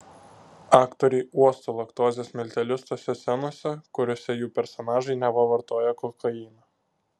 aktoriai uosto laktozės miltelius tose scenose kuriose jų personažai neva vartoja kokainą